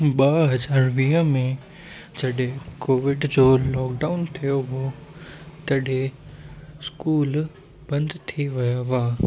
ॿ हज़ार वीह में जॾहिं कोविड जो लॉकडाउन थियो हो तॾहिं स्कूल बंदि थी विया हुआ